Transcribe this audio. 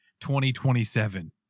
2027